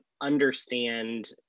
understand